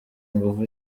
inguvu